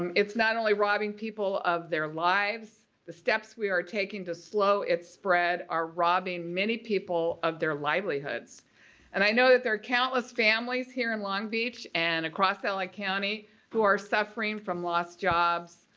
um it's not only robbing people of their lives, the steps we are taking to slow its spread are robbing many people of their livelihoods and i know that there are countless families here in long beach and across la like county who are suffering from lost jobs,